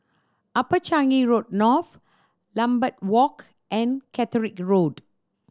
Upper Changi Road North Lambeth Walk and Caterick Road